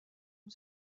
une